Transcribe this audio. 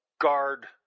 guard